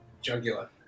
jugular